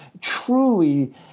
truly